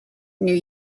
new